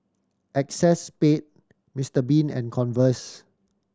Acexspade Mister Bean and Converse